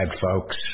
folks